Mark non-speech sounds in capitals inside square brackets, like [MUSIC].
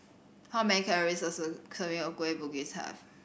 how many calories does a [UNINTELLIGIBLE] of Kueh Bugis have